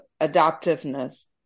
adaptiveness